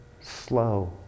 Slow